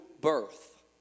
birth